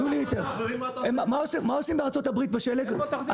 מה עושים בארצות הברית בשלג?